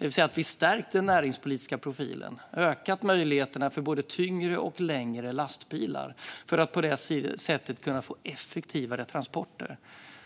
Vi har stärkt den näringspolitiska profilen och ökat möjligheterna för både tyngre och längre lastbilar för att på det sättet kunna få effektivare transporter.